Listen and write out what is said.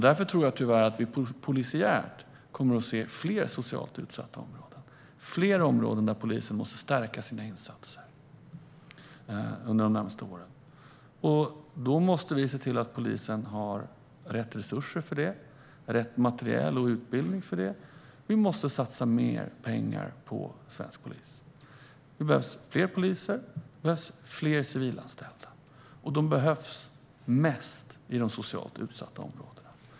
Därför tror jag tyvärr att vi kommer att se fler socialt utsatta områden, där polisen måste stärka sina insatser under de närmaste åren. Då måste vi se till att polisen har rätt resurser för det i form av rätt materiel och utbildning. Vi måste satsa mer pengar på svensk polis. Det behövs fler poliser, det behövs fler civilanställda, och de behövs mest i de socialt utsatta områdena.